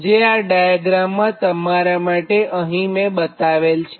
જે આ ડાયાગ્રામમાં તમારા માટે અહીં મેં બતાવેલ છે